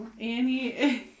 Annie